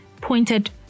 pointed